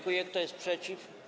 Kto jest przeciw?